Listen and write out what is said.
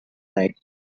night